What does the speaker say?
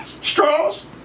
Straws